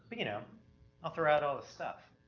but you know i'll throw out all the stuff